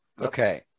okay